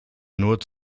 nur